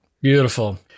Beautiful